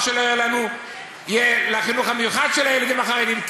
ושלא יהיה לחינוך המיוחד של הילדים החרדים.